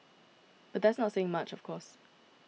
but that's not saying much of course